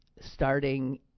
starting